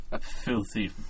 filthy